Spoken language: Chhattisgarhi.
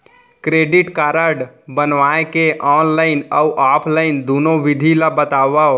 क्रेडिट कारड बनवाए के ऑनलाइन अऊ ऑफलाइन दुनो विधि ला बतावव?